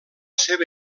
seva